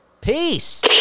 Peace